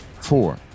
Four